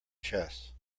chess